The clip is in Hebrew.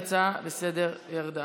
ההצעה לסדר-היום ירדה.